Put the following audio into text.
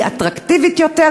מי אטרקטיבית יותר,